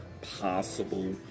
possible